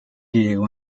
griego